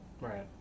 right